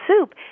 soup